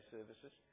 Services